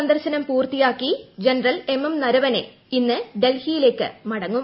സന്ദർശനം പൂർത്തിയാക്കി general M M Naravane ഇന്ന് ഡൽഹിയിലേക്ക് മടങ്ങും